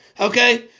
Okay